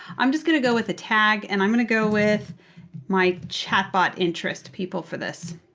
i'm just going to go with a tag, and i'm going to go with my chat bot interest people for this.